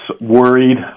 worried